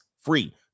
free